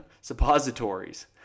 suppositories